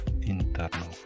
internal